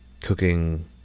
cooking